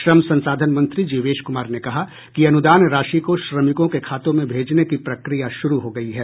श्रम संसाधन मंत्री जीवेश कुमार ने कहा कि अनुदान राशि को श्रमिकों के खातों में भेजने की प्रक्रिया शुरू हो गयी है